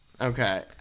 Okay